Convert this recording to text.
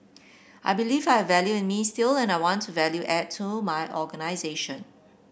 I believe I have value in me still and I want to add value to my organisation